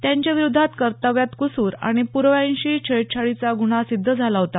त्यांच्याविरुद्ध कर्तव्यात कसूर आणि प्राव्यांशी छेडछाडीचा गुन्हा सिद्ध झाला होता